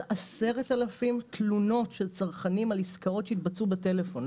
מ-10,000 תלונות של צרכנים על עסקאות שהתבצעו בטלפון,